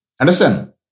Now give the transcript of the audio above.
Understand